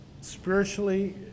spiritually